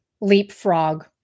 leapfrog